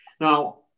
Now